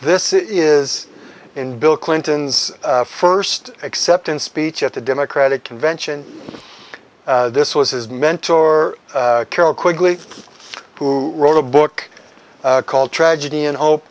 this is in bill clinton's first acceptance speech at the democratic convention this was his mentor carol quigley who wrote a book called tragedy and hope